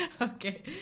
okay